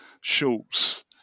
shorts